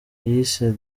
yise